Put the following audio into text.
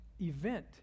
event